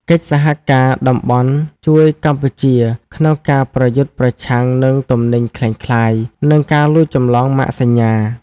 កិច្ចសហការតំបន់ជួយកម្ពុជាក្នុងការប្រយុទ្ធប្រឆាំងនឹងទំនិញក្លែងក្លាយ និងការលួចចម្លងម៉ាកសញ្ញា។